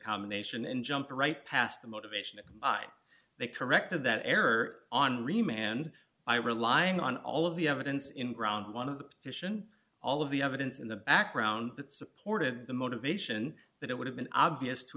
combination and jumped right past the motivation they corrected that error on remain and i relying on all of the evidence in ground one of the petition all of the evidence in the background that supported the motivation that it would have been obvious to